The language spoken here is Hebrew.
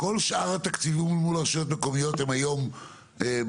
כל שאר התקציבים מול הרשויות המקומיות הם היום בדיפרנציאליות?